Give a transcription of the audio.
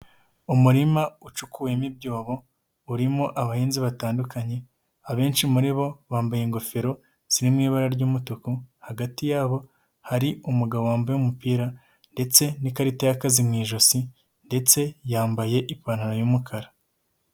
Umurima ucyukuwemo ibyobo urimo abahinzi batandukanye, abenshi muri bo bambaye ingofero zirimo ibara ry'umutuku, hagati yabo hari umugabo wambaye umupira ndetse n'ikarita y'akazi mu ijosi ndetse yambaye ipantaro y'umukara.